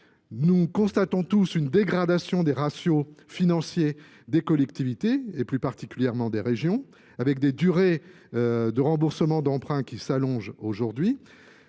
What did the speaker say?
nous constatons tous une dégradation des ratios financiers des collectivités et plus particulièrement des régions, avec des durées euh de remboursement d'emprunt qui s'allongent aujourd'hui